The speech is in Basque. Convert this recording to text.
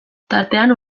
tartean